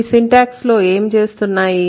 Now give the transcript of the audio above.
అవి సింటాక్స్ లో ఏం చేస్తున్నాయి